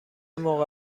موقع